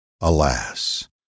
alas